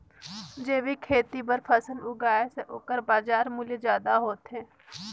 जैविक खेती बर फसल उगाए से ओकर बाजार मूल्य ज्यादा होथे